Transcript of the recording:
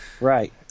Right